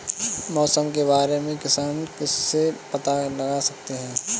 मौसम के बारे में किसान किससे पता लगा सकते हैं?